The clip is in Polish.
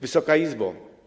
Wysoka Izbo!